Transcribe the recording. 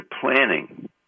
planning